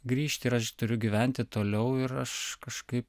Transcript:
grįžti ir aš turiu gyventi toliau ir aš kažkaip